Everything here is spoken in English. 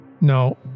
No